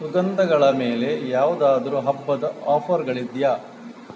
ಸುಗಂಧಗಳ ಮೇಲೆ ಯಾವುದಾದ್ರು ಹಬ್ಬದ ಆಫರ್ಗಳಿದೆಯಾ